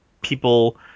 people